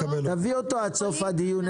תביאי אותו עד סוף הדיון.